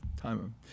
time